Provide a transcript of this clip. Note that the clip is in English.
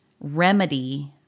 remedy